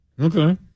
Okay